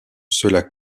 cela